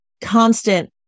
constant